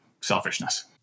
selfishness